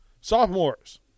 Sophomores